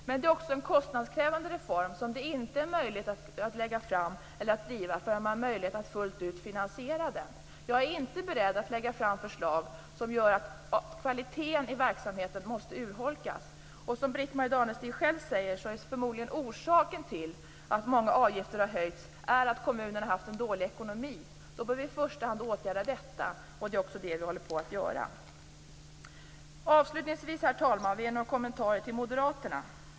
Men det är också en kostnadskrävande reform, som det inte är möjligt att driva förrän det finns möjligheter att fullt ut finansiera den. Jag är inte beredd att lägga fram förslag som gör att kvaliteten i verksamheten måste urholkas. Som Britt-Marie Danestig själv säger är orsaken till att många avgifter har höjts förmodligen att kommunerna har haft dålig ekonomi. Då bör vi i första hand åtgärda detta, och det är också det vi håller på att göra. Avslutningsvis, herr talman, har jag några kommentarer till Moderaterna.